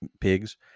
pigs